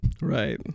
Right